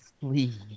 Please